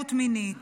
ואלימות מינית.